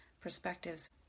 perspectives